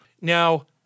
Now-